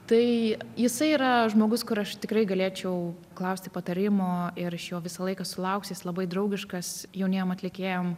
tai jisai yra žmogus kur aš tikrai galėčiau klausti patarimo ir iš jo visą laiką sulauksi jis labai draugiškas jauniem atlikėjam